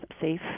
safe